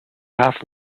half